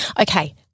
Okay